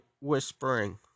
whispering